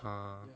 !huh!